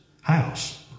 house